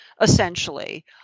essentially